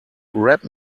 rap